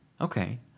okay